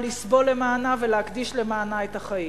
לסבול למענה ולהקדיש למענה את החיים".